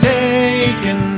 taken